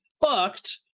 fucked